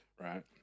right